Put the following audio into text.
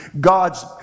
God's